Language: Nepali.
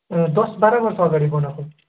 ए दस बाह्र वर्षअगाडि बनाएको